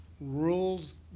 rules